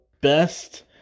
best